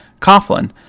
Coughlin